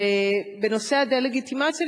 בנושא הדה-לגיטימציה,